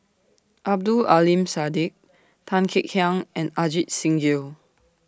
Abdul Aleem Siddique Tan Kek Hiang and Ajit Singh Gill